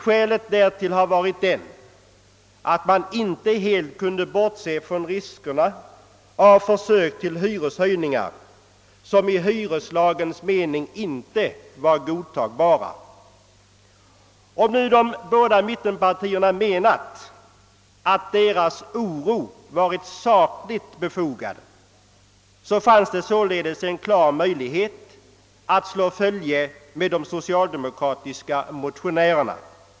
Skälet därtill har varit att man inte helt kunde bortse från riskerna av försök till hyreshöjningar, som i hyreslagens mening inte var godtagbara. Om nu de båda mittenpartierna menat att deras oro varit sakligt befogad, fanns det således en klar möjlighet att slå följe med de socialdemokratiska motionärerna.